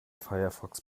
firefox